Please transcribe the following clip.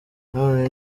none